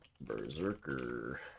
Berserker